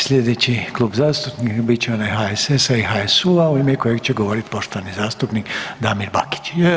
Sljedeći klub zastupnika bit će onaj HSS-a i HSU-a u ime kojeg će govoriti poštovani zastupnik Damir Bakić.